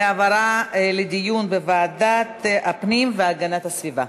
והעברתה לדיון בוועדת הפנים והגנת הסביבה.